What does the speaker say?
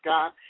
God